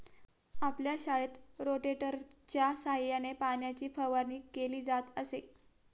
आपल्या शाळेत रोटेटरच्या सहाय्याने पाण्याची फवारणी केली जात असे